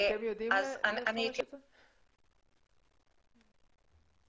אתם יודעים לפרש את זה?